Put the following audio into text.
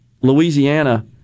Louisiana